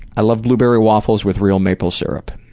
i love blueberry waffles with real maple syrup.